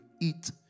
eat